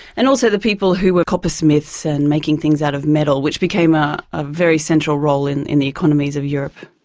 and also the people who were coppersmiths and making things out of metal, which became a ah very central role in in the economies of europe.